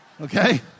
Okay